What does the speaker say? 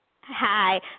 Hi